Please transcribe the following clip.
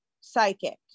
psychic